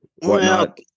whatnot